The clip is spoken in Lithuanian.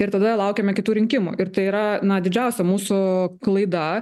ir tada laukiame kitų rinkimų ir tai yra na didžiausia mūsų klaida